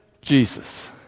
Jesus